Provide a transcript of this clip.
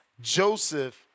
Joseph